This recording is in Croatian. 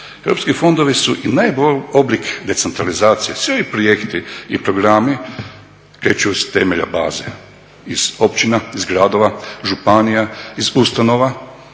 Europski fondovi su i najbolji oblik decentralizacije. Svi ovi projekti i programi kreću iz temelja baze, iz općina, iz gradova, županija, iz ustanova